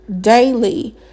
daily